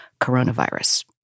coronavirus